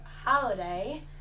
Holiday